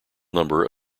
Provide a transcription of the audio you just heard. number